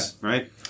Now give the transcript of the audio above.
right